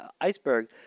iceberg